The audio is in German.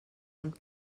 und